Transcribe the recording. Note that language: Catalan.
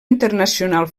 internacional